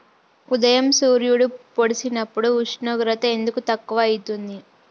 ఉదయం సూర్యుడు పొడిసినప్పుడు ఉష్ణోగ్రత ఎందుకు తక్కువ ఐతుంది?